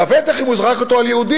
לבטח אם הוא זרק אותו על יהודי,